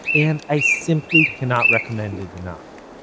and, i simply cannot recommend it enough.